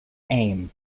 aim